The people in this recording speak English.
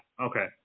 Okay